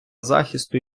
захисту